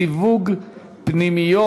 סיווג פנימיות,